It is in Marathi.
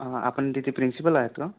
आपण तिथे प्रिन्सिपल आहेत का